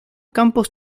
campos